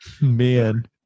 Man